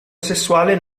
sessuale